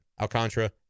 Alcantara